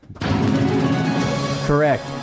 correct